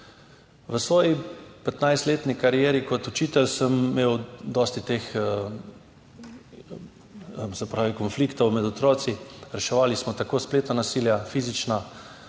V svoji petnajstletni karieri kot učitelj sem imel dosti konfliktov med otroki. Reševali smo spletna nasilja, fizična.